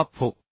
6 Fu